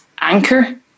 anchor